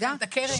יש גם את הקרן.